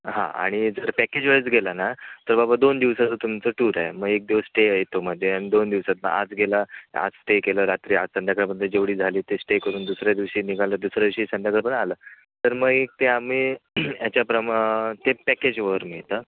हां आणि जर पॅकेजवेळेस गेला ना तर बाबा दोन दिवसाचं तुमचं टूर आहे मग एक दिवस स्टे येतो मध्ये आणि दोन दिवसांत आज गेला आज स्टे केलं रात्री आज संध्याकाळपर्यंत जेवढी झाली ते स्टे करून दुसऱ्या दिवशी निघालं दुसऱ्या दिवशी संध्याकाळपर्यंत आलं तर मग एक ते आम्ही याच्याप्रमा ते पॅकेजवर मिळतं